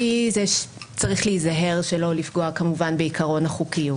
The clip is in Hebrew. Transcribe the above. צריך כמובן להיזהר שלא לפגוע בעיקרון החוקיות.